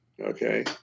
okay